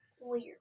Weird